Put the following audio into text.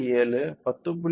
7 10